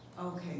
Okay